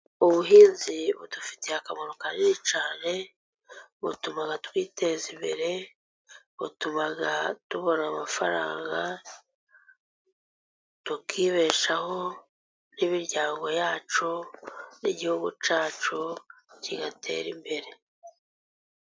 Ubuhinzi budufitiye akamaro kanini cyane. Butuma twiteza imbere, butuma tubona amafaranga, tukibeshaho n'imiryango yacu, n’igihugu cyacu kigatera imbere.